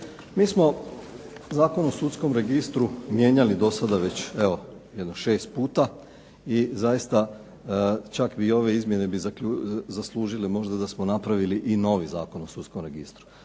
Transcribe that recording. Mi smo Zakon o sudskom registru mijenjali do sada već evo jedno šest puta i zaista čak bi ove izmjene zaslužile možda da smo napravili i novi Zakon o sudskom registru.